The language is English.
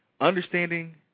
Understanding